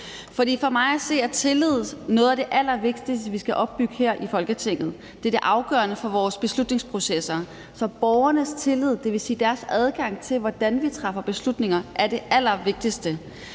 for mig at se er tillid noget af det allervigtigste, vi kan opbygge her i Folketinget. Det er afgørende for vores beslutningsprocesser, for borgernes tillid – det vil sige deres adgang til, hvordan vi træffer beslutninger – er det allervigtigste.